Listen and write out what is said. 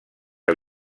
que